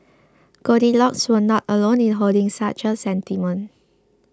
goldilocks was not alone in holding such a sentiment